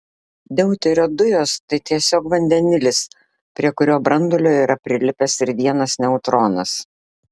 deuterio dujos tai tiesiog vandenilis prie kurio branduolio yra prilipęs ir vienas neutronas